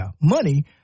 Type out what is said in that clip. money